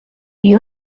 you